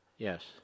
Yes